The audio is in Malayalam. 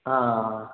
ആ